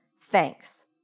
Thanks